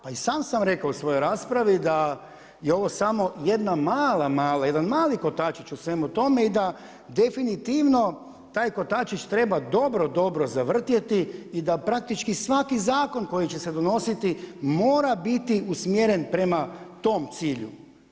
Pa i sam sam rekao u svojoj raspravi da je ovo samo jedna mala, mala, jedan mali kotačić u svemu tome i da definitivno taj kotačić treba dobro, dobro zavrtjeti i da praktički svaki zakon koji će se donositi mora biti usmjeren prema tom cilju.